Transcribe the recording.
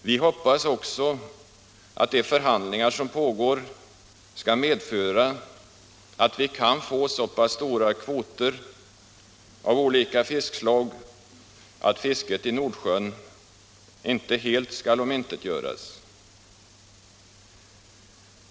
Vi hoppas också att de förhandlingar som pågår skall medföra att vi kan få så pass stora kvoter av olika fiskslag att fisket i Nordsjön ej helt skall omintetgöras.